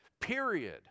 Period